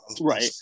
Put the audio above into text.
right